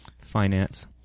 finance